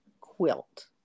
quilt